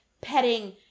petting